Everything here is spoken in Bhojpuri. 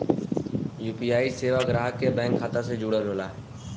यू.पी.आई सेवा ग्राहक के बैंक खाता से जुड़ल होला